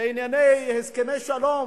בענייני הסכמי שלום,